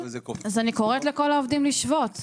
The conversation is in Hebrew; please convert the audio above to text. אז אני קוראת לכל העובדים לשבות.